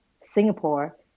Singapore